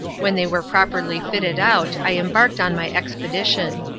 when they were properly fitted out i embarked on my expedition.